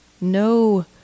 No